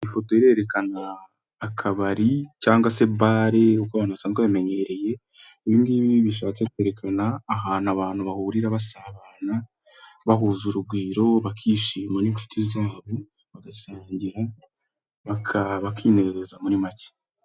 Ifoto irerekana akabari cyangwa se bare uko abantu basanzwe babimenyereye. Ibingibi bishatse kwerekana ahantu abantu bahurira basabana, bahuje urugwiro, bakishima n'inshuti zabo, bagasangira, bakinezeza muri macye.